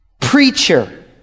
preacher